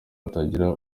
hatagira